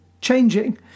changing